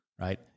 Right